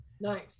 nice